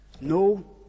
no